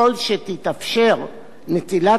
נטילת אמצעי זיהוי ממסתננים,